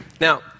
Now